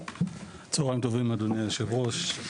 צהרים טובים, אדוני יושב הראש.